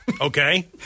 Okay